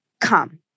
come